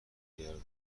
گردم